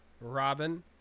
robin